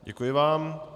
Děkuji vám.